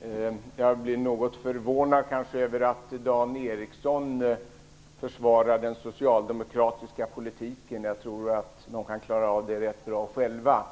Fru talman! Jag blir något förvånad över att Dan Ericsson försvarar den socialdemokratiska politiken. Jag tror att socialdemokraterna kan klara av det rätt bra själva.